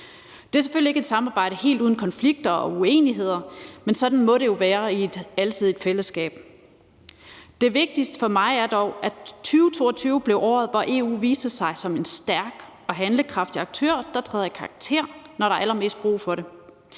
Det er selvfølgelig ikke et samarbejde helt uden konflikter og uenigheder, men sådan må det jo være i et alsidigt fællesskab. Det vigtigste for mig er dog, at 2022 blev året, hvor EU viste sig som en stærk og handlekraftig aktør, der træder i karakter, når der er allermest brug for det.